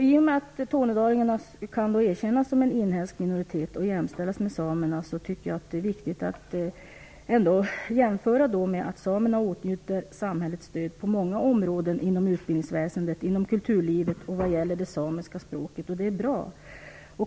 I och med att tornedalingarna kan erkännas som en inhemsk minoritet och jämställas med samerna tycker jag att det är viktigt att jämföra med att samerna åtnjuter samhällets stöd på många områden inom utbildningsväsendet, inom kulturlivet och vad gäller det samiska språket, och det är bra.